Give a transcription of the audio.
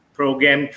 program